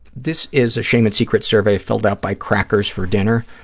this is a shame and secrets survey filled out by crackers for dinner.